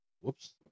whoops